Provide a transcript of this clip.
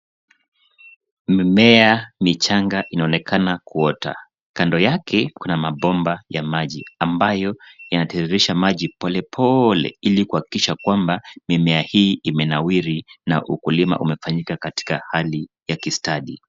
Mimea michanga inaonekana kuota. Kando yake kuna mabomba ya maji ambayo yanatiririsha maji polepole ili kuhakikisha kwamba mimea hii imenawiri na ukulima umefanyika katika hali ya kistadi.